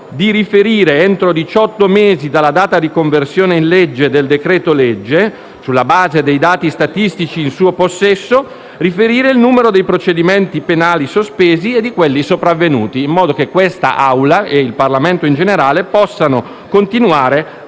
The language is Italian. di riferire, entro diciotto mesi dalla data di conversione in legge del decreto-legge, sulla base dei dati statistici in suo possesso, il numero dei procedimenti penali sospesi e di quelli sopravvenuti in modo che questa Assemblea, e in generale il Parlamento, possano continuare